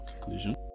conclusion